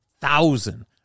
thousand